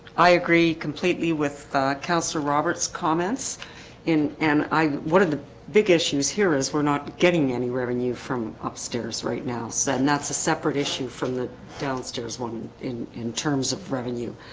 i agree completely with councillor roberts comments in and i what are the big issues here is we're not getting any revenue from upstairs right now so and that's a separate issue from the downstairs one in in terms of revenue